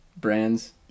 Brands